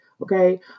okay